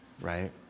right